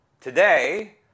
today